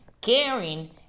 Caring